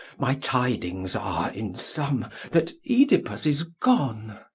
my tidings are in sum that oedipus is gone,